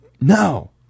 No